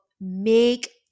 make